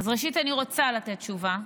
אז ראשית אני רוצה לתת תשובה,